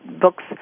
books